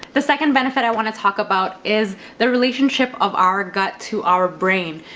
the second benefit i wanna talk about is the relationship of our gut to our brain.